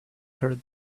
her